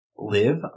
live